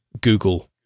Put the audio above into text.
Google